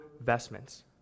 vestments